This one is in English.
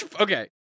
okay